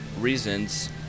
reasons